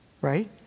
Right